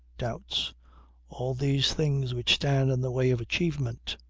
doubts all these things which stand in the way of achievement.